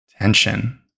tension